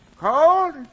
Cold